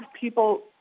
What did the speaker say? people